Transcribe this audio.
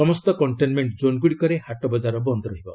ସମସ୍ତ କଣ୍ଟେନ୍ମେଣ୍ଟ୍ ଜୋନ୍ଗ୍ରଡ଼ିକରେ ହାଟବଜାର ବନ୍ଦ୍ ରହିବ